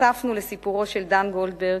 נחשפנו לסיפורו של דן גולדברג,